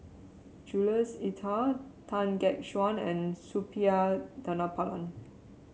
Jules Itier Tan Gek Suan and Suppiah Dhanabalan